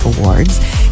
Awards